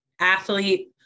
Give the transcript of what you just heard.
athlete